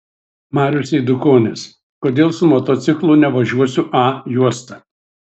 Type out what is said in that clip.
marius eidukonis kodėl su motociklu nevažiuosiu a juosta